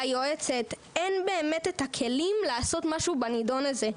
היועצת אין באמת את הכלים לעשות משהו בנידון הזה.